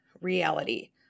reality